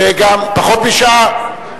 וגם, פחות משעה?